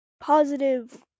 positive